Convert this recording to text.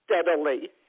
steadily